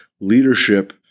leadership